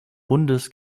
bundes